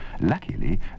Luckily